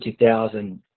2000